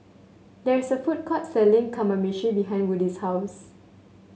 there is a food court selling Kamameshi behind Woody's house